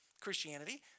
Christianity